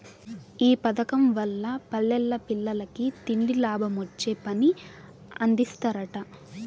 ఈ పదకం వల్ల పల్లెల్ల పేదలకి తిండి, లాభమొచ్చే పని అందిస్తరట